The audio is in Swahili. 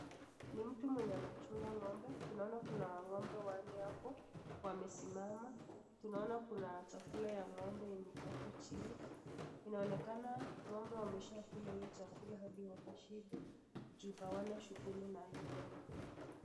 Ni mtu mwenye anachunga ng'ombe. Tunaona kuna ng'ombe mahali hapo wamesimama. Tunaona kuna chakula ya ng'ombe yenye iko hapo chini. Inaonekana ng'ombe wameshakula hicho chakula hadi wakashiba juu hawana shughuli naye tena.